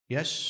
Yes